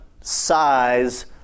size